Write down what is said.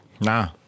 Nah